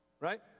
right